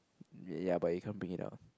ya but you can't bring it up